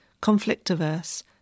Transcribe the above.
conflict-averse